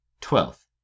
Twelfth